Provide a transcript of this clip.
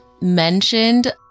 mentioned